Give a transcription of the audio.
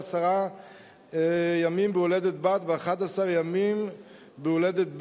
עשרה ימים בהולדת בת ו-11 ימים בהולדת בן.